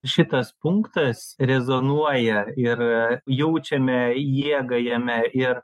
šitas punktas rezonuoja ir jaučiame jėgą jame ir